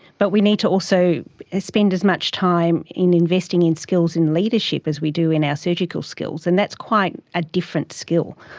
but we need to also spend as much time in investing in skills and leadership as we do in our ah surgical skills, and that's quite a different skill.